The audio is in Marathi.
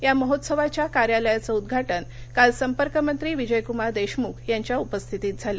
या महोत्सवाच्या कार्यालयाचं उद्घाटन काल संपर्कमंत्री विजयकुमार देशमुख यांच्या उपस्थितीत झालं